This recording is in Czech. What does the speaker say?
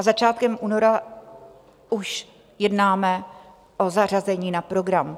Začátkem února už jednáme o zařazení na program.